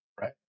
right